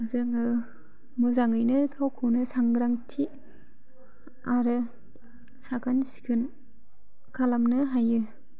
जोङो मोजाङैनो गावखौनो सांग्रांथि आरो साखोन सिखोन खालामनो हायो